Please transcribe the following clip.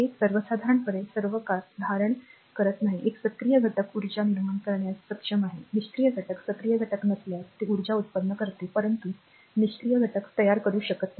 हे सर्वसाधारणपणे सर्वकाळ धारण करत नाही एक सक्रिय घटक ऊर्जा निर्माण करण्यास सक्षम आहेनिष्क्रीय घटक सक्रिय घटक नसल्यास ते ऊर्जा उत्पन्न करते परंतु निष्क्रिय घटक तयार करू शकत नाही